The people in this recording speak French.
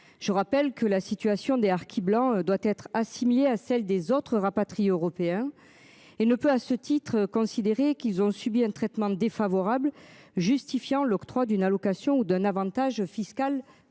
Je rappelle que la situation des harkis blanc doit être assimilée à celle des autres rapatrie européen. Et ne peut, à ce titre, considérer qu'ils ont subi un traitement défavorable justifiant l'octroi d'une allocation ou d'un Avantage fiscal